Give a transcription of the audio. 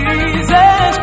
Jesus